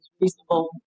reasonable